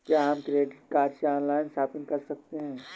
क्या हम credit card से ऑनलाइन शॉपिंग कर सकते हैं?